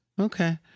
Okay